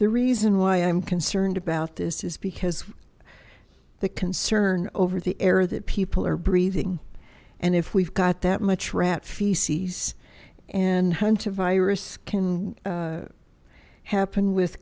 the reason why i'm concerned about this is because the concern over the air that people are breathing and if we've got that much rat feces and hunter virus can happen with